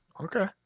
Okay